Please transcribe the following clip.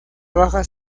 baja